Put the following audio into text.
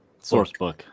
Sourcebook